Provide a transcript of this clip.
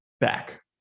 back